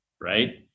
Right